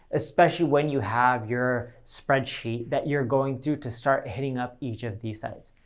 especially when you have your spreadsheet that you're going through to start hitting up each of these sites.